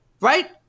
Right